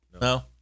No